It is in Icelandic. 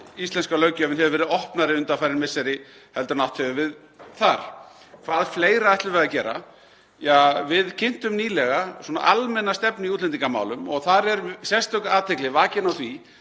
íslenska löggjöfin hefur verið opnari undanfarin misseri heldur en átt hefur við þar. Hvað fleira ætlum við að gera? Við kynntum nýlega almenna stefnu í útlendingamálum og þar er sérstök athygli vakin á því